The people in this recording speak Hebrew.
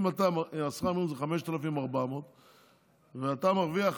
אם שכר המינימום זה 5,400 ואתה מרוויח